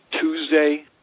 Tuesday